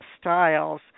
styles